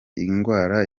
ingwara